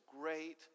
great